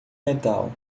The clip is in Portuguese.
metal